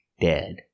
dead